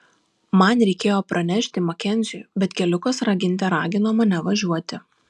man reikėjo pranešti makenziui bet keliukas raginte ragino mane važiuoti